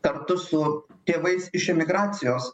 kartu su tėvais iš emigracijos